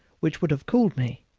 which would have cooled me,